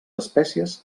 espècies